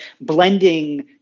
blending